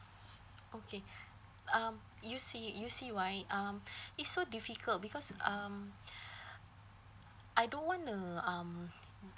okay um you see you see why um it's so difficult because um I don't want to um